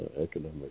Economic